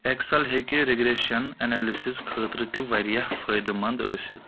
Excel ہیٚکہِ regression analysis خٲطرٕ تہِ واریاہ فٲیدٕ مند ٲستھ